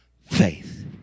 faith